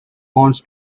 wants